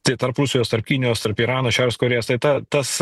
tai tarp rusijos tarp kinijos tarp irano šiaurės korėjos tai ta tas